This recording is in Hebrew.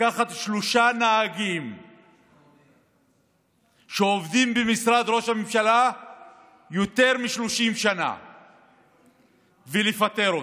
לקחת שלושה נהגים שעובדים במשרד ראש הממשלה יותר מ-30 שנה ולפטר אותם.